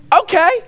Okay